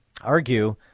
argue